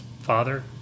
father